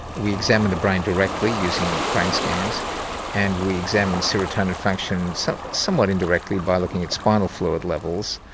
we examine the brain directly using brain scans and we examine serotonin function so somewhat indirectly by looking at spinal fluid levels.